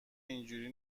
اینجوری